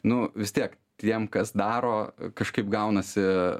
nu vis tiek tiem kas daro kažkaip gaunasi